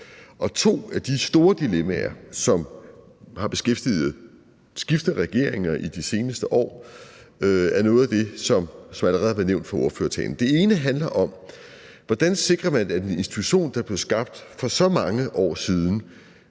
og to af de store dilemmaer, som har beskæftiget skiftende regeringer i de seneste år, er noget af det, som allerede har været nævnt fra talerstolen. Det ene handler om, hvordan man sikrer, at en institution, der blev skabt for så mange år siden,